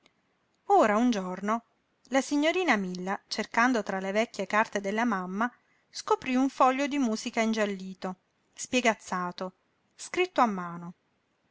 ora un giorno la signorina milla cercando tra le vecchie carte della mamma scoprí un foglio di musica ingiallito spiegazzato scritto a mano